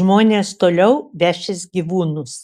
žmonės toliau vešis gyvūnus